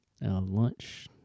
lunch